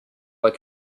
like